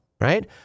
right